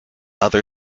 other